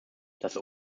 das